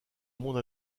monde